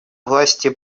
власти